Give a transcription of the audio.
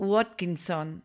Watkinson